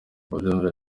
mubyumve